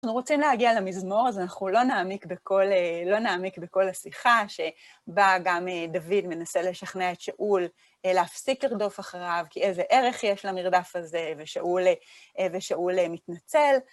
אנחנו רוצים להגיע למזמור, אז אנחנו לא נעמיק בכל השיחה שבה גם דוד מנסה לשכנע את שאול להפסיק לרדוף אחריו, כי איזה ערך יש למרדף הזה, ושאול מתנצל.